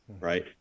right